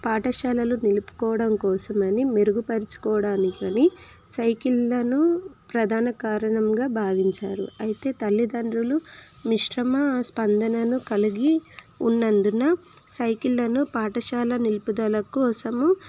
పాఠశాలలు నిలుపుకోవడం కోసమని మెరుగుపరచుకోవడానికని సైకిళ్ళను ప్రధాన కారణంగా భావించారు అయితే తల్లిదండ్రులు మిశ్రమ స్పందనను కలిగి ఉన్నందున సైకిళ్ళను పాఠశాల నిలుపుదల కోసము